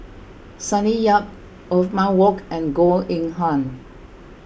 Sonny Yap Othman Wok and Goh Eng Han